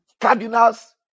Cardinals